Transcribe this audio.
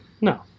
no